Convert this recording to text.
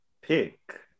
Pick